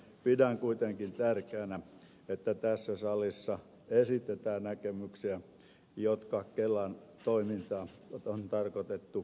pidän kuitenkin tärkeänä että tässä salissa esitetään näkemyksiä jotka kelan toimintaa on tarkoitettu kehittämään